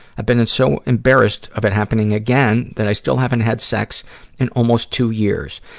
i've been and so embarrassed of it happening again, that i still haven't had sex in almost two years.